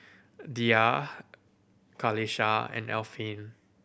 dhia Qalisha and Alfian